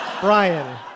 Brian